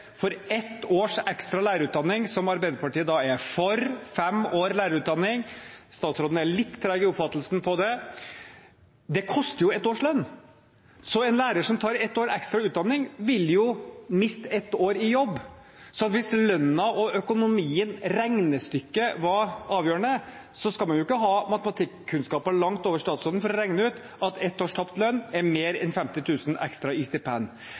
for ett års ekstra lærerutdanning, som Arbeiderpartiet er for – fem år lærerutdanning, statsråden er litt treg i oppfattelsen på det – koster ett års lønn. Så en lærer som tar et år ekstra utdanning, vil miste et år i jobb. Hvis lønnen og økonomien – regnestykket – var avgjørende, skal man ikke ha matematikkunnskaper langt over statsrådens for å regne ut at ett års tapt lønn er mer enn 50 000 kr ekstra i stipend.